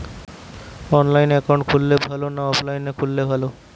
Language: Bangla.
অনলাইনে একাউন্ট খুললে ভালো না অফলাইনে খুললে ভালো?